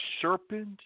serpent